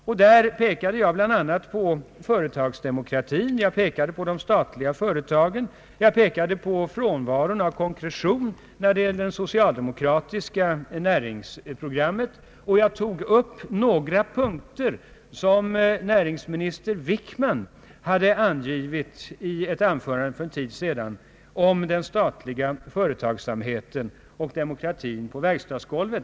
Jag pekade bl.a. på företagsdemokratin, de statliga företagen, frånvaron av konkretion i det socialdemokratiska näringsprogrammet. Jag tog upp några punkter som näringsminister Wickman hade angivit i ett anförande för en tid sedan om den statliga företagsamheten och demokratin på verkstadsgolvet.